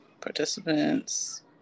participants